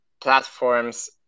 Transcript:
platforms